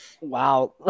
Wow